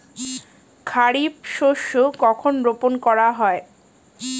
খারিফ শস্য কখন রোপন করা হয়?